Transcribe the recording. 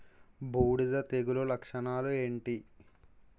బూడిద తెగుల లక్షణాలు ఏంటి?